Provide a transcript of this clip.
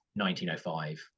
1905